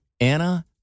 Anna